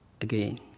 again